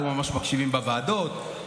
לא ממש מקשיבים בוועדות,